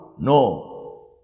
No